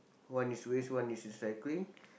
one is waste one is recycling